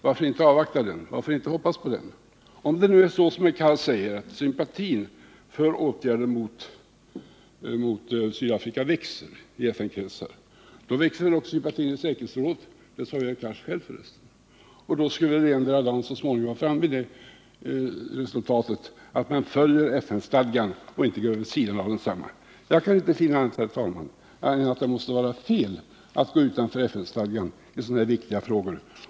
Varför inte avvakta resultatet av den? Varför inte hoppas på den? Om det nu är så som herr Cars säger att sympatin för åtgärder mot Sydafrika växer i FN-kretsar, då växer den ju också i säkerhetsrådet — det sade herr Cars själv för resten, och då skall den endera dagen leda till det resultatet. Man bör följa FN-stadgan och inte gå vid sidan av densamma! Jag kan inte finna annat, herr talman, än att det måste vara fel att gå utanför FN-stadgan i sådana här viktiga frågor.